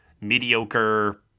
mediocre